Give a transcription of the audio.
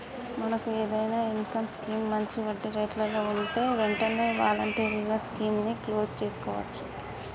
మనకు ఏదైనా income scheme మంచి వడ్డీ రేట్లలో ఉంటే వెంటనే వాలంటరీగా స్కీమ్ ని క్లోజ్ సేసుకోవచ్చు